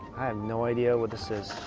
no idea what this is